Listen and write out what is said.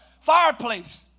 fireplace